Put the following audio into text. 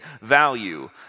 value